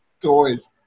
toys